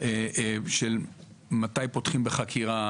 של מתי פותחים בחקירה,